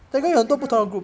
oh telegram ah